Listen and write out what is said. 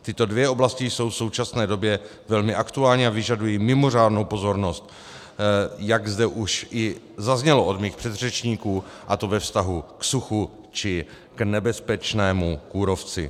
Tyto dvě oblasti jsou v současné době velmi aktuální a vyžadují mimořádnou pozornost, jak zde už i zaznělo od mých předřečníků, a to ve vztahu k suchu a nebezpečnému kůrovci.